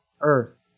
earth